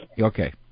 Okay